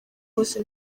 wose